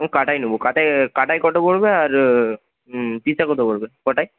হুম কাটাই নেব কাটা এ কাটায় কত পড়বে আর পিসে কত পড়বে গোটায়